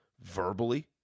verbally